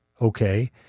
Okay